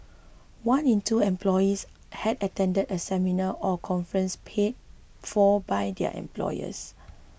one in two employees had attended a seminar or conference paid for by their employers